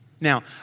Now